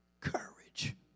courage